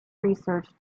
research